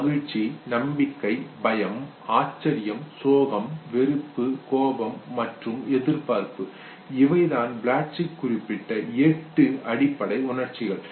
மகிழ்ச்சி நம்பிக்கை பயம் ஆச்சரியம் சோகம் வெறுப்பு கோபம் மற்றும் எதிர்பார்ப்பு இவைதான் ப்ளட்சிக் குறிப்பிட்ட எட்டு அடிப்படை உணர்ச்சிகள்